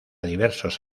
diversos